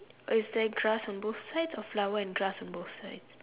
is there grass on both sides or flower and grass on both sides